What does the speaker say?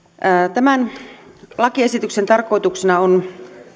tämän lakiesityksen tarkoituksena on